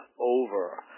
over